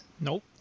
Nope